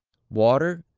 water,